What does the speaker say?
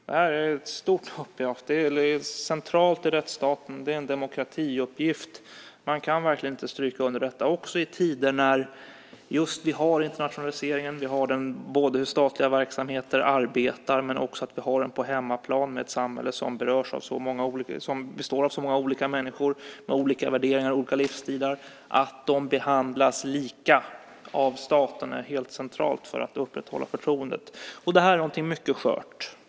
Detta är centralt i rättsstaten. Det är en demokratiuppgift. Man kan verkligen stryka under detta, även i tider när vi har internationaliseringen. Vi har den uppgiften inom statliga verksamheter och på hemmaplan med ett samhälle som består av så många människor med olika värderingar och olika livsstilar. Att de behandlas lika av staten är helt centralt för att upprätthålla förtroendet. Detta är någonting mycket skört.